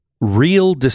real